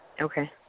Okay